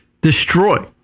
destroy